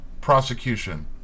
prosecution